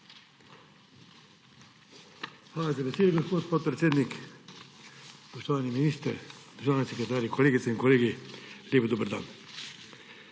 Hvala za besedo, gospod podpredsednik. Spoštovani minister, državni sekretar, kolegice in kolegi, lep dober dan!